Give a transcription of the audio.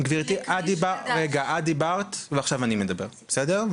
גברתי רגע, את דיברת ועכשיו אני מדבר, בסדר?